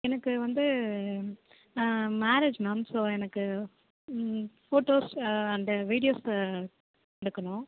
எனக்கு வந்து marriage ma'am so எனக்கு ஃபோட்டோஸ் அந்த வீடியோஸ் எடுக்கணும்